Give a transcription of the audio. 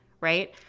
Right